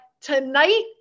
tonight